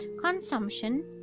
consumption